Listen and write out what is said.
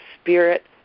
spirit